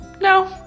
No